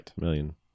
million